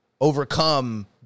overcome